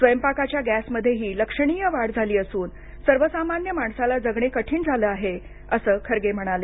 स्वयंपाकाच्या गॅसमध्येही लक्षणीय वाढ झाली असून सर्वसामान्य माणसाला जगणे कठीण झाले आहे असंही खर्गे म्हणाले